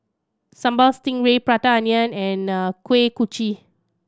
Sambal Stingray Prata Onion and Kuih Kochi